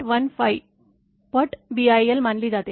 15 पट BIL मानली जाते